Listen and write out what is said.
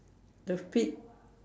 the feet